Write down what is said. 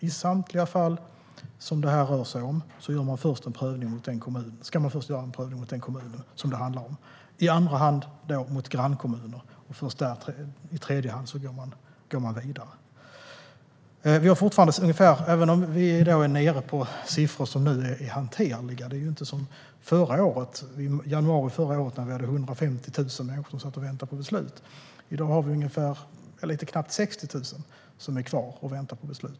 I samtliga fall det här rör sig om ska man först göra en prövning mot den kommun det handlar om, i andra hand en prövning mot grannkommuner, och först i tredje hand går man vidare. Vi är nu nere på siffror som går att hantera. Det är inte som i januari förra året då 150 000 människor satt och väntade på beslut. Nu är det knappt 60 000 som är kvar och väntar på beslut.